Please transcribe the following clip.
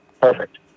Perfect